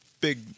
big